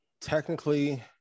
technically